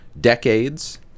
decades